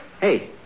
Hey